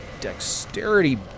dexterity